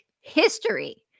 history